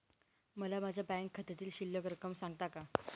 मला माझ्या बँक खात्यातील शिल्लक रक्कम सांगता का?